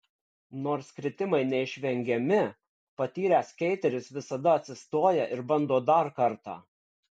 nors kritimai neišvengiami patyręs skeiteris visada atsistoja ir bando dar kartą